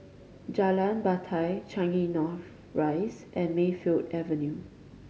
Jalan Batai Changi North Rise and Mayfield Avenue